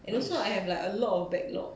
and also I have like a lot of back log